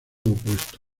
opuesto